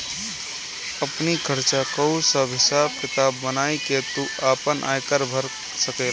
आपनी खर्चा कअ सब हिसाब किताब बनाई के तू आपन आयकर भर सकेला